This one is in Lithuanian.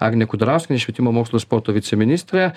agnė kudarauskienė švietimo mokslo ir sporto viceministrė